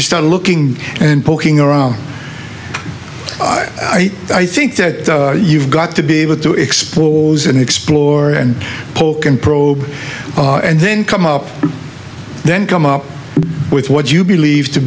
start looking and poking around i think that you've got to be able to expose and explore and polk and probe and then come up then come up with what you believe to